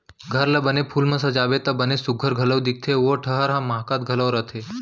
घर ला बने फूल म सजाबे त बने सुग्घर घलौ दिखथे अउ ओ ठहर ह माहकत घलौ रथे